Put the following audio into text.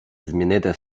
змінити